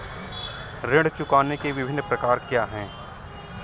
ऋण चुकाने के विभिन्न प्रकार क्या हैं?